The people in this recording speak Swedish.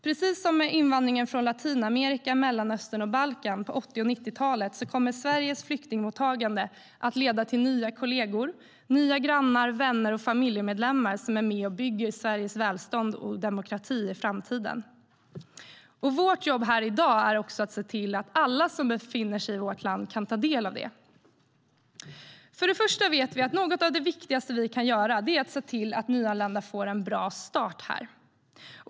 Precis som med invandringen från Latinamerika, Mellanöstern och Balkan på 1980 och 1990-talen kommer Sveriges flyktingmottagande att leda till nya kollegor, nya grannar, vänner och familjemedlemmar som är med och bygger Sveriges välstånd och demokrati i framtiden. Vårt jobb här i dag är också att se till att alla som befinner sig i vårt land kan ta del av det. Först och främst vet vi att något av det viktigaste vi kan göra är att se till att nyanlända får en bra start här.